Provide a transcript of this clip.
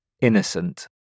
Innocent